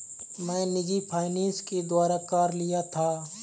मैं निजी फ़ाइनेंस के द्वारा कार लिया था